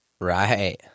Right